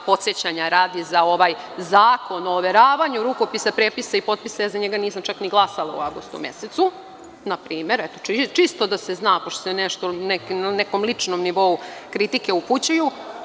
Podsećanja radi, za ovaj Zakon o overavanju rukopisa, prepisa i potpisa ja za njega nisam čak ni glasala u avgustu mesecu, na primer, čisto da sezna, pošto se na nekom ličnom nivou kritike upućuju.